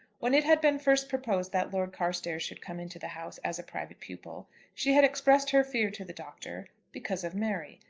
when it had been first proposed that lord carstairs should come into the house as a private pupil she had expressed her fear to the doctor because of mary.